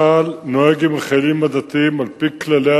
2. צה"ל נוהג עם החיילים הדתיים על-פי כללי